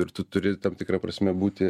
ir tu turi tam tikra prasme būti